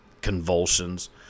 convulsions